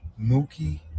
Mookie